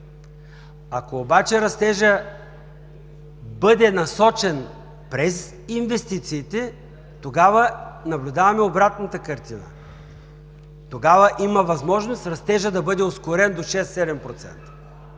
Ако обаче растежът бъде насочен през инвестициите, тогава наблюдаваме обратната картина – тогава има възможност растежът да бъде ускорен до 6